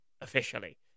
officially